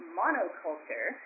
monoculture